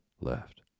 left